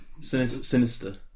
Sinister